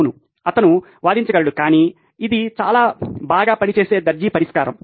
అవును అతను వాదించగలడు కానీ ఇది చాలా బాగా పనిచేసే దర్జీ పరిష్కారం